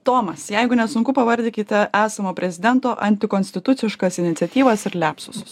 tomas jeigu nesunku pavardinkite esamo prezidento antikonstituciškas iniciatyvas ir liapsusus